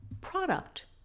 product